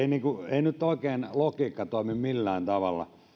ei nyt oikein logiikka toimi millään tavalla